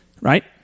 Right